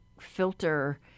filter